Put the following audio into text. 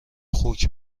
خوک